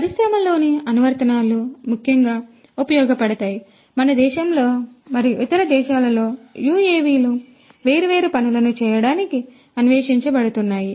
పరిశ్రమలలోని అనువర్తనాలు ముఖ్యంగా ఉపయోగపడతాయి మన దేశంలో మరియు ఇతర దేశాలలో యుఎవిలు వేర్వేరు పనులను చేయడానికి అన్వేషించబడుతున్నాయి